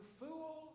fool